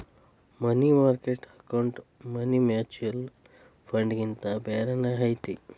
ಮನಿ market account money mutual ಫಂಡ್ಗಿಂತ ಬ್ಯಾರೇನ ಐತಿ